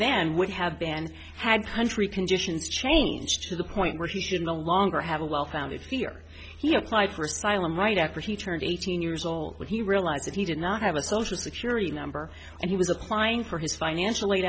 then would have been had country conditions changed to the point where he should no longer have a well founded fear he applied for asylum right after he turned eighteen years old when he realized that he did not have a social security number and he was applying for his financial aid